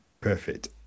perfect